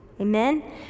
amen